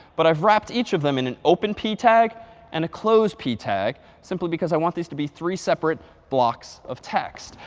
but i've wrapped each of them in an open p tag and a closed p tag, simply because i want these to be three separate blocks of text.